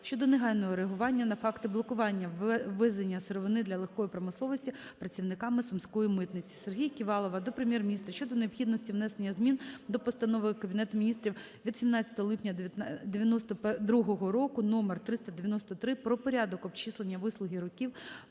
щодо негайного реагування на факти блокування ввезення сировини для легкої промисловості працівниками Сумської митниці. Сергія Ківалова до Прем'єр-міністра щодо необхідності внесення змін до Постанови Кабінету Міністрів від 17 липня 92-го року № 393 "Про порядок обчислення вислуги років,